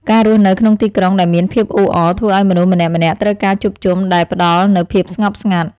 ការរស់នៅក្នុងទីក្រុងដែលមានភាពអ៊ូអរធ្វើឱ្យមនុស្សម្នាក់ៗត្រូវការជួបជុំដែលផ្ដល់នូវភាពស្ងប់ស្ងាត់។